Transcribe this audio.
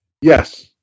Yes